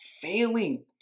failing